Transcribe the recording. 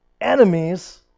enemies